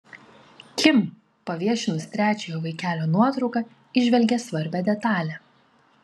kim paviešinus trečiojo vaikelio nuotrauką įžvelgė svarbią detalę